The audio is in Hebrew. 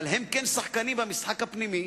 אבל הם כן שחקנים במשחק הפנימי,